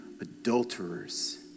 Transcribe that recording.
adulterers